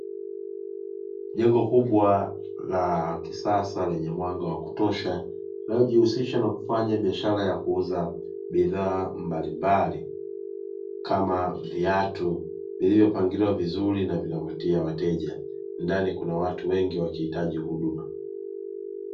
Jengo kubwa la kisasa lenye mwanga wa kutosha linalojihusisha na kufanya biashara ya kuuza bidhaa mbalimbali, kama viatu ziliyopangiliwa vizuri na vinavutia wateja, ndani kuna watu wengi wakihitaji huduma.